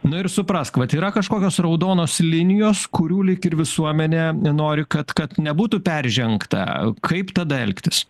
nu ir suprask vat yra kažkokios raudonos linijos kurių lyg ir visuomenė nenori kad kad nebūtų peržengta kaip tada elgtis